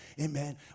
Amen